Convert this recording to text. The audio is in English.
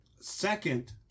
Second